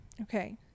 Okay